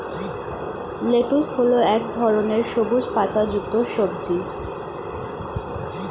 lettuce হল এক ধরনের সবুজ পাতাযুক্ত সবজি